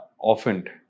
often